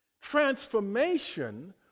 transformation